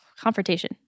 confrontation